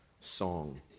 song